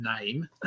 name